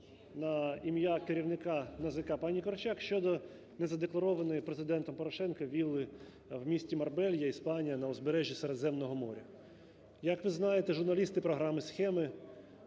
на ім'я керівника НАЗК пані Корчак щодо незадекларованної Президентом Порошенком вілли в місті Марбелья (Іспанія) на узбережжі Середземного моря. Як ви знаєте, журналісти програми "Схеми"